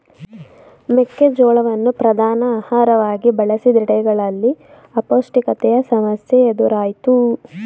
ಮೆಕ್ಕೆ ಜೋಳವನ್ನು ಪ್ರಧಾನ ಆಹಾರವಾಗಿ ಬಳಸಿದೆಡೆಗಳಲ್ಲಿ ಅಪೌಷ್ಟಿಕತೆಯ ಸಮಸ್ಯೆ ಎದುರಾಯ್ತು